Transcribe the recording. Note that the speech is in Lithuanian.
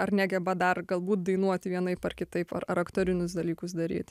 ar negeba dar galbūt dainuoti vienaip ar kitaip ar aktorinius dalykus daryt